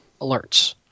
alerts